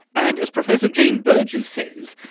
and as professor jean burgess says,